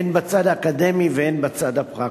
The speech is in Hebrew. הן בצד האקדמי הן בצד הפרקטי.